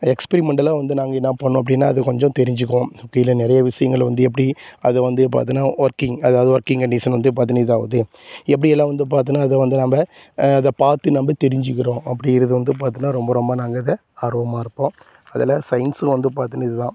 எஸ்க்பிரிமெண்டலாக வந்து நாங்கள் என்ன பண்ணோம் அப்படின்னா அது கொஞ்சம் தெரிஞ்சுக்குவோம் கீழே நிறைய விஷயங்கள வந்து எப்படி அதை வந்து பார்த்தினா ஒர்கிங் அதாவது ஒர்கிங் கண்டிஷன் வந்து பார்த்தினா இதாவது எப்படி எல்லாம் வந்து பார்த்தினா இதை வந்து நாம்ம அதை பார்த்து நம்ம தெரிஞ்சுக்கிறோம் அப்படிங்கறது வந்து பார்த்தினா ரொம்ப ரொம்ப நாங்கள் அதை ஆர்வமாக இருப்போம் அதில் சயின்ஸு வந்து பார்த்தினா இது தான்